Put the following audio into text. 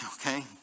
okay